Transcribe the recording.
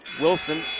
Wilson